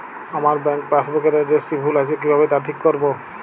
আমার bank passbook এর এড্রেসটি ভুল আছে কিভাবে তা ঠিক করবো?